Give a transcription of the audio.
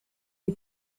est